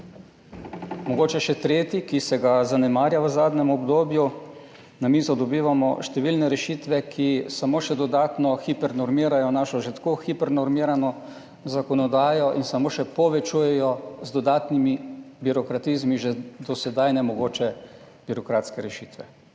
Mogoče še tretji, ki se ga zanemarja v zadnjem obdobju, na mizo dobivamo številne rešitve, ki samo še dodatno hipernormirajo našo že tako hipernormirano zakonodajo in samo še povečujejo z dodatnimi birokratizmi že do sedaj nemogoče birokratske rešitve.